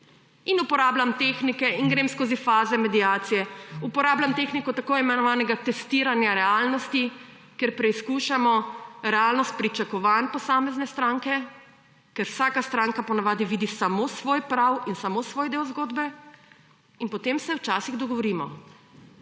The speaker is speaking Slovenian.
in uporabljam tehnike in grem skozi faze mediacije, uporabljam tehniko tako imenovanega testiranja realnosti, ker preizkušamo realnost pričakovanj posamezne stranke, ker vsaka stranka po navadi vidi samo svoj prav in samo svoj del zgodbe in potem se včasih dogovorimo.